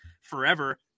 forever